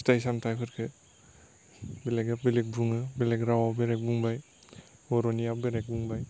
फिथाइ सामथाइफोरखो बेलेगआव बेलेग बुङो बेलेग रावआव बेलेग बुंबाय बर'निया बेलेग बुंबाय